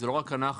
ולא רק אנחנו,